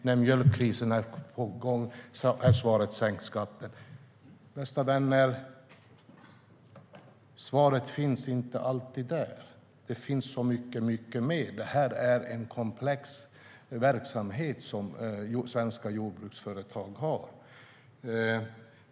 När mjölkkrisen nu är på gång är svaret: Sänk skatten! Svaret, bästa vänner, finns inte alltid där. Det finns så mycket mer. Det är en komplex verksamhet som svenska jordbruksföretag bedriver.